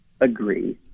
agree